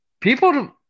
People